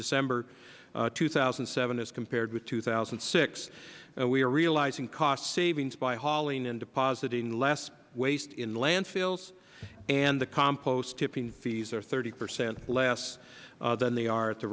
december two thousand and seven as compared with two thousand and six we are realizing cost savings by hauling and depositing less waste in landfills and the compost tipping fees are thirty percent less than they are at the